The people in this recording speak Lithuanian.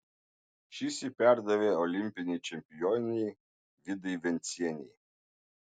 šis jį perdavė olimpinei čempionei vidai vencienei